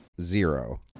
Zero